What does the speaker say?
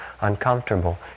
uncomfortable